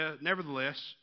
nevertheless